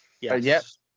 Yes